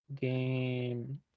game